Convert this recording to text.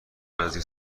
نزدیک